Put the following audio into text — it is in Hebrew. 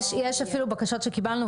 יש אפילו בקשות שקיבלנו,